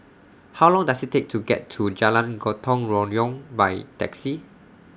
How Long Does IT Take to get to Jalan Gotong Royong By Taxi